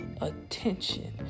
attention